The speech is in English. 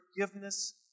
forgiveness